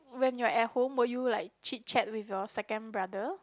when you're at home will you like chit chat with your second brother